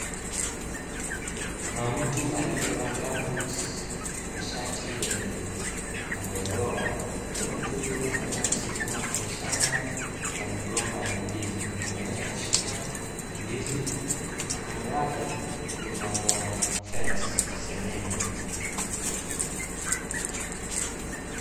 Kuna mtu aliyevaa gumboots na shati yenye madoa doa na mtu huyu ameweza kusimama kwenye shamba na migomba ya ndizi ameweza kushika ndizi na kando yake kuna fensi ya seng'eng'e.